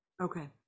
Okay